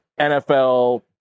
NFL